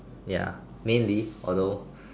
ya mainly although